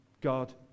God